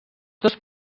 dos